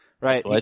Right